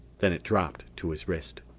then it dropped to his wrist.